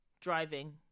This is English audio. driving